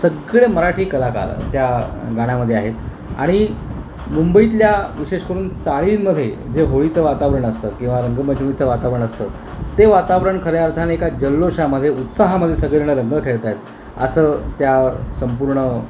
सगळे मराठी कलाकार त्या गाण्यामध्ये आहेत आणि मुंबईतल्या विशेष करून चाळींमध्ये जे होळीचं वातावरण असतात किंवा रंगमचमीचं वातावरण असतं ते वातावरण खऱ्या अर्थने एका जल्लोषामध्ये उत्साहामध्ये सगळे जण रंग खेळता आहेत असं त्या संपूर्ण